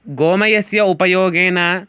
गोमयस्य उपयोगेन